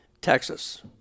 Texas